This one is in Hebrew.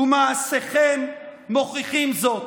ומעשיכם מוכיחים זאת.